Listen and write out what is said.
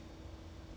M_O_M ah